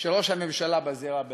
של ראש הממשלה בזירה הבין-לאומית.